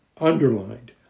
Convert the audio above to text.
Underlined